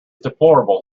deplorable